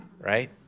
right